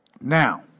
now